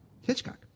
Hitchcock